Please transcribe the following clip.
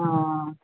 ஆ ஆ ஆ